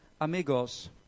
amigos